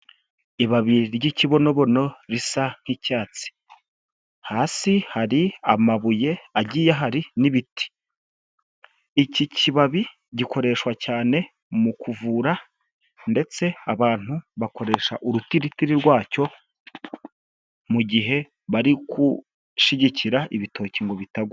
Ibabi ry'ikibonobono risa nk'icyatsi, hasi hari amabuye agiye aha n'ibiti, iki kibabi gikoreshwa cyane mu kuvura ndetse abantu bakoresha urutiritiri rwacyo mu gihe bari gushyigikira ibitoki ngo bitagwa.